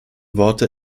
worte